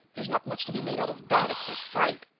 there's not much to be made out of that, at first sight.